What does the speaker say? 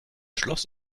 schloss